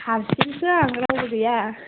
हारसिंसो आं रावबो गैया